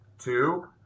Two